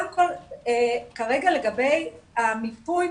כרגע לגבי המיפוי,